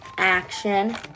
Action